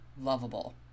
lovable